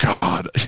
god